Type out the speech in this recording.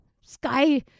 sky